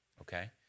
Okay